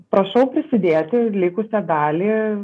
prašau prisidėti likusią dalį